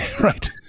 Right